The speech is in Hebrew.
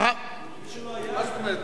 מי שלא היה,